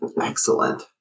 Excellent